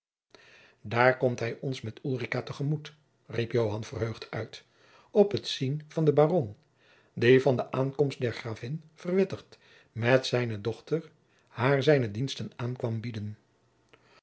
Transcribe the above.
daar komt hij ons met ulrica te gemoet riep joan verheugd uit op het zien van den baron die van de aankomst der gravin verwittigd met zijne dochter haar zijne diensten aan kwam bieden